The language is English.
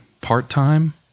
part-time